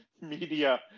media